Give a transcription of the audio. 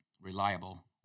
reliable